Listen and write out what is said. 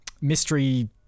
mystery